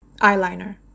eyeliner